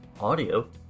audio